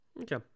Okay